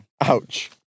Ouch